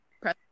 press